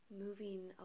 moving